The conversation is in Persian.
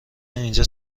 اینجا